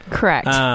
Correct